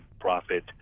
profit